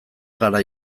gara